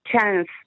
chance